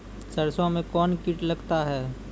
सरसों मे कौन कीट लगता हैं?